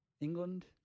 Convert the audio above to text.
England